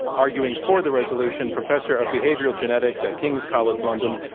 arguing for the resolution, professor of behavioral genetics at kings college, london,